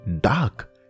dark